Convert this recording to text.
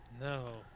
No